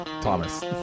Thomas